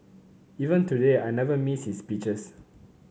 even today I never miss his speeches